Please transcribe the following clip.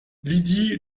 lydie